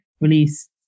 release